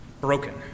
broken